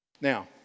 Now